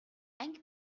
анги